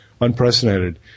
unprecedented